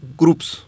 groups